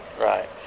Right